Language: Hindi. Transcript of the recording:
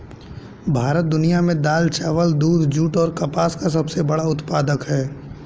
भारत दुनिया में दाल, चावल, दूध, जूट और कपास का सबसे बड़ा उत्पादक है